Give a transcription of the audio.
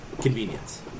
convenience